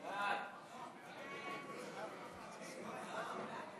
סעיפים 1 4 נתקבלו.